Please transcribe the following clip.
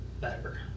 better